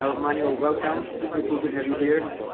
so emmanuel, welcome, super cool to have you here.